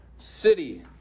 city